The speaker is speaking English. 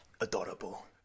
adorable